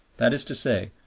that is to say,